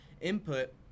input